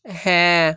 হ্যাঁ